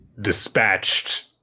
dispatched